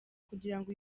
kugirango